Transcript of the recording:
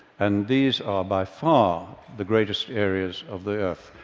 and these are by far the greatest areas of the earth.